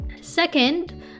Second